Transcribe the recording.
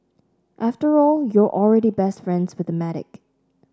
after all you're already best friends with the medic